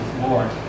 Lord